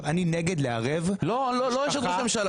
אני נגד לערב --- לא, לא אשת ראש הממשלה.